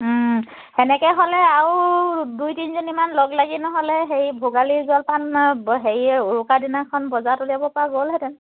সেনেকে হ'লে আৰু দুই তিনিজনীমান লগ লাগি নহ'লে হেৰি ভোগালী জলপান হেৰি উৰুকাৰ দিনাখন বজাৰত উলিয়াব পৰা গ'লহেতেন